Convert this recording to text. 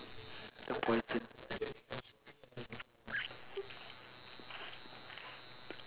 the poison